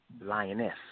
Lioness